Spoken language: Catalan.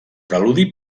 preludi